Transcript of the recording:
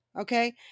okay